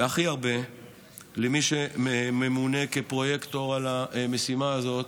והכי הרבה למי שממונה כפרויקטור על המשימה הזאת,